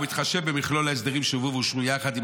ובהתחשב במכלול ההסדרים שהובאו ואושרו יחד עם